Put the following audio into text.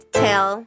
tell